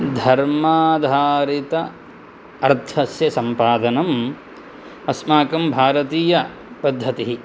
धर्माधारित अर्थस्य सम्पादनं अस्माकं भारतीयपद्धतिः